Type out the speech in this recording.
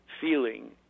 feeling